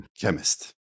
Chemist